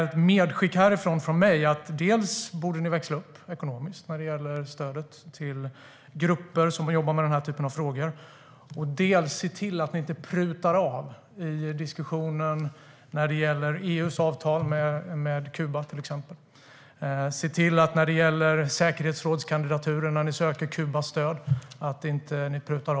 Ett medskick från mig är att ni dels borde växla upp ekonomiskt när det gäller stödet till grupper som jobbar med den här typen av frågor, dels borde se till att ni inte prutar beträffande EU:s avtal med till exempel Kuba. I fråga om säkerhetsrådkandidaturen bör ni inte heller pruta av när ni söker Kubas stöd.